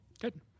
Good